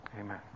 Amen